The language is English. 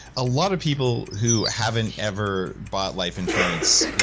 a lot of people who haven't ever bought life insurance,